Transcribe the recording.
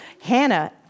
Hannah